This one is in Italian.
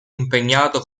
impegnato